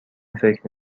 فکر